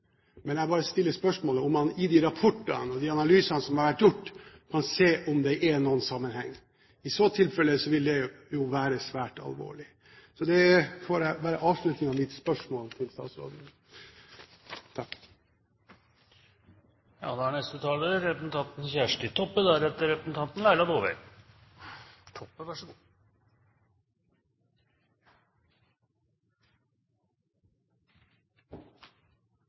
men jeg stiller bare spørsmålet om man i de rapportene og de analysene som har vært gjort, kan se om det er noen sammenheng. I så tilfelle vil det være svært alvorlig. Det får være avslutningen og mitt spørsmål til statsråden.